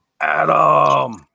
Adam